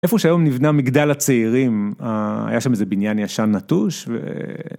איפה שהיום נבנה מגדל הצעירים, היה שם איזה בניין ישן נטוש, ו...